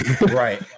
Right